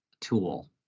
tool